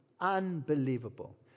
Unbelievable